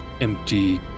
empty